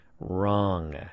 Wrong